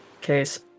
case